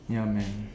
ya man